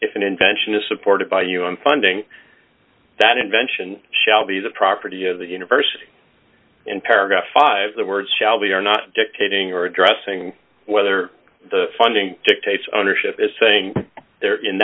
if an invention is supported by you on funding that invention shall be the property of the university in paragraph five the words shall be are not dictating or addressing whether the funding dictates ownership is saying there in